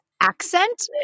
accent